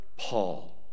Paul